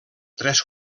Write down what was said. tres